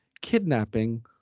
kidnapping